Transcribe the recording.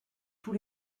tous